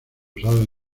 usados